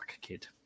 Kid